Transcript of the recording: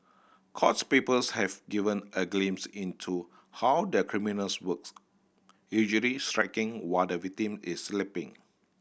courts papers have given a glimpse into how the criminals works usually striking while the victim is sleeping